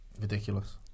Ridiculous